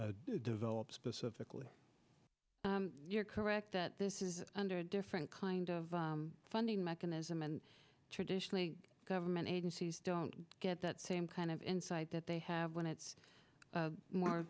specifically you're correct that this is under a different kind of funding mechanism and traditionally government agencies don't get that same kind of insight that they have when it's more